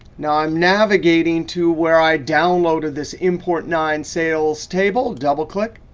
now i'm navigating to where i've downloaded this import nine sales table. double click.